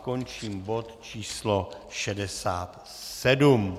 Končím bod č. 67.